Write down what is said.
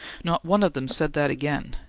not one of them said that again,